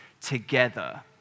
together